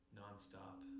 nonstop